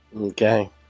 Okay